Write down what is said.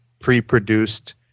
pre-produced